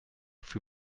für